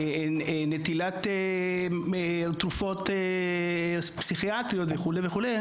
נטילת תרופות פסיכיאטריות וכלי וכולי,